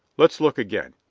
let's look again.